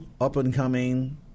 up-and-coming